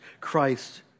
Christ